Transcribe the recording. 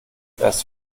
erst